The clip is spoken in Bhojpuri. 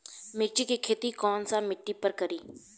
मिर्ची के खेती कौन सा मिट्टी पर करी?